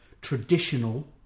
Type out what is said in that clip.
traditional